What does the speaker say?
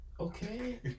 Okay